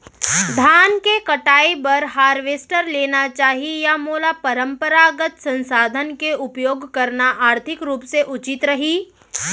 धान के कटाई बर हारवेस्टर लेना चाही या मोला परम्परागत संसाधन के उपयोग करना आर्थिक रूप से उचित रही?